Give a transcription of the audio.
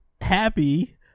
happy